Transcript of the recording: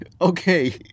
Okay